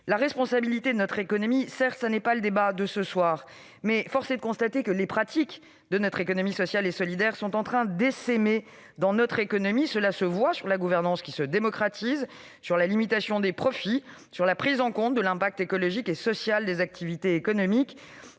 mais pour toute notre économie. Ce n'est pas le débat de ce soir, certes, mais force est de constater que les pratiques de notre économie sociale et solidaire sont en train d'essaimer dans notre économie. Nous le voyons sur la gouvernance, qui se démocratise, sur la limitation des profits, sur la prise en compte de l'impact écologique et social des activités économiques.